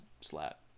slap